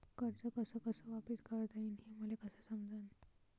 कर्ज कस कस वापिस करता येईन, हे मले कस समजनं?